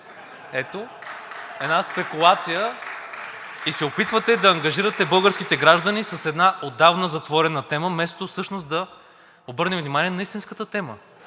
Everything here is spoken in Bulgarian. Една спекулация и се опитвате да ангажирате българските граждани с една отдавна затворена тема, вместо всъщност да обърнем внимание на истинската тема,